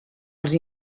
els